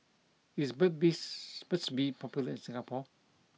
is Burt bee's Burt's Bee popular in Singapore